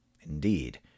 indeed